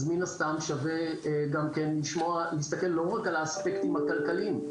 אז מן הסתם שווה גם כן להסתכל לא רק על האספקטים הכלכליים.